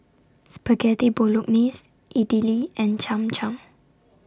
Spaghetti Bolognese Idili and Cham Cham